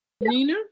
Nina